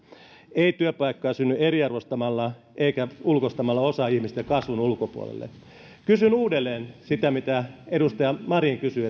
ei työpaikkoja synny eriarvoistamalla eikä ulkoistamalla osa ihmisistä kasvun ulkopuolelle kysyn uudelleen sitä mitä edustaja marin kysyi